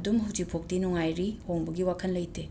ꯑꯗꯨꯝ ꯍꯧꯖꯤꯛꯐꯥꯎꯗꯤ ꯅꯨꯡꯉꯥꯏꯔꯤ ꯍꯣꯡꯕꯒꯤ ꯋꯥꯈꯜ ꯂꯩꯇꯦ